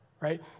Right